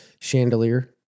chandelier